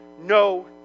no